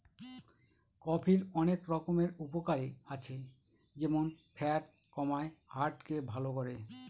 কফির অনেক রকমের উপকারে আছে যেমন ফ্যাট কমায়, হার্ট কে ভালো করে